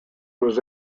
was